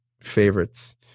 favorites